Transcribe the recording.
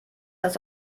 das